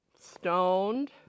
stoned